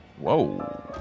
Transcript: Whoa